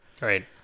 Right